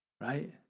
Right